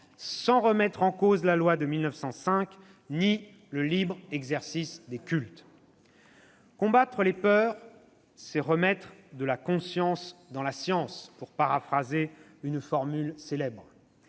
sans remettre en cause la loi de 1905 ni le libre exercice des cultes. « Combattre les peurs, c'est " remettre de la conscience dans la science ", pour paraphraser une formule célèbre.